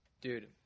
Dude